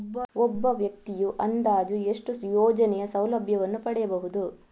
ಒಬ್ಬ ವ್ಯಕ್ತಿಯು ಅಂದಾಜು ಎಷ್ಟು ಯೋಜನೆಯ ಸೌಲಭ್ಯವನ್ನು ಪಡೆಯಬಹುದು?